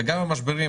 וגם המשברים,